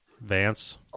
vance